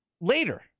later